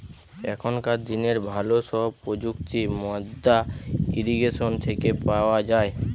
এখনকার দিনের ভালো সব প্রযুক্তি মাদ্দা ইরিগেশন থেকে পাওয়া যায়